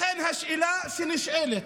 לכן השאלה שנשאלת,